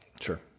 Sure